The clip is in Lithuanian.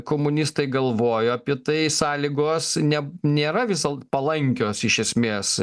komunistai galvojo apie tai sąlygos ne nėra visai palankios iš esmės